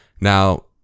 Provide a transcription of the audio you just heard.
Now